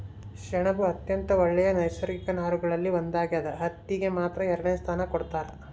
ಸೆಣಬು ಅತ್ಯಂತ ಒಳ್ಳೆ ನೈಸರ್ಗಿಕ ನಾರುಗಳಲ್ಲಿ ಒಂದಾಗ್ಯದ ಹತ್ತಿಗೆ ಮಾತ್ರ ಎರಡನೆ ಸ್ಥಾನ ಕೊಡ್ತಾರ